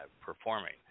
performing